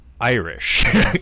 Irish